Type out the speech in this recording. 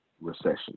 recession